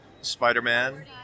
Spider-Man